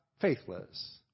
faithless